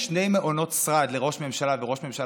אדוני היושב-ראש,